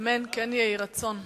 אמן, כן יהי רצון.